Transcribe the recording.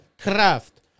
craft